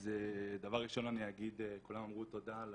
אז דבר ראשון אני אגיד כולם אמרו תודה על